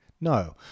No